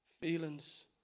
feelings